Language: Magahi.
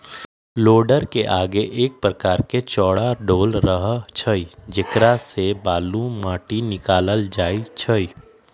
लोडरके आगे एक प्रकार के चौरा डोल रहै छइ जेकरा से बालू, माटि निकालल जाइ छइ